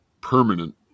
permanent